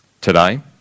today